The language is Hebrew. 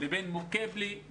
לבין מוכבלי,